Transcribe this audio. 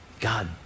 God